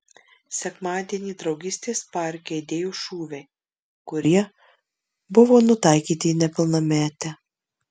sekmadienį draugystės parke aidėjo šūviai kurie buvo nutaikyti į nepilnametę